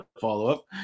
follow-up